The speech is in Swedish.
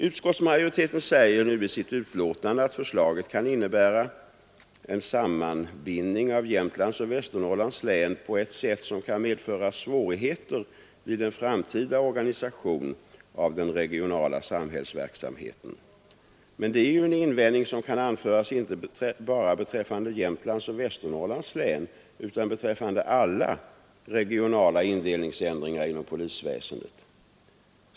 Utskottsmajoriteten säger nu att förslaget kan innebära en sammanbindning av Jämtlands och Västernorrlands län på ett sätt som kan medföra svårigheter vid en framtida organisation av den regionala samhällsverksamheten. Men det är ju en invändning som kan anföras inte bara beträffande Jämtlands och Västernorrlands län utan beträffande alla regionala indelningsändringar inom polisväsendet.